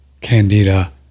candida